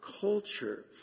culture